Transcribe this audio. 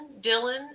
Dylan